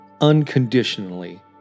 unconditionally